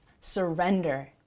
surrender